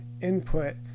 input